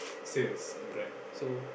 sales in Grab so